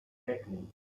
hackneyed